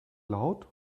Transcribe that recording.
laut